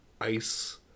ice